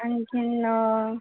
आणखीन